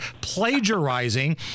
plagiarizing